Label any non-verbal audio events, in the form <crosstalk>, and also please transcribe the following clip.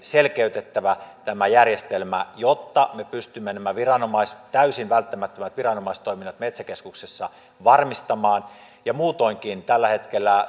selkeytettävä tämä järjestelmä jotta me pystymme nämä täysin välttämättömät viranomaistoiminnat metsäkeskuksessa varmistamaan muutoinkin tällä hetkellä <unintelligible>